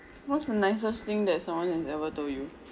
what's the nicest thing that someone has ever told you